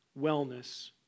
wellness